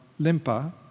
limpa